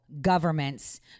governments